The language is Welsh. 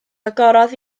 agorodd